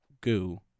goo